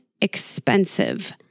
expensive